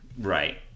Right